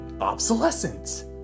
obsolescence